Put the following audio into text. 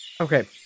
Okay